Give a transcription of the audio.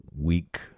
week